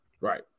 right